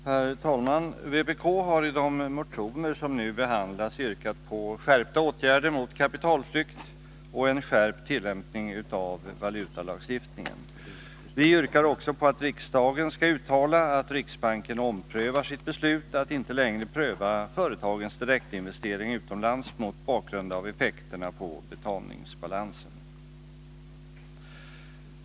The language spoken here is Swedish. Herr talman! Vänsterpartiet kommunisterna har i de motioner som nu behandlas yrkat på skärpta åtgärder mot kapitalflykten och en skärpt tillämpning av valutalagstiftningen. Vi yrkar också att riksdagen skall uttala att riksbanken omprövar sitt beslut att inte längre pröva företagens direktinvesteringar utomlands mot bakgrund av effekterna på betalningsbalansen.